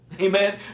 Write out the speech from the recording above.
Amen